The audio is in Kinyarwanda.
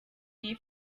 iyi